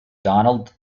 donald